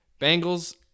Bengals